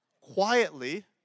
quietly